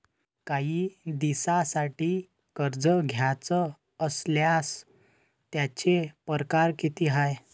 कायी दिसांसाठी कर्ज घ्याचं असल्यास त्यायचे परकार किती हाय?